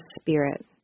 Spirit